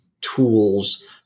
tools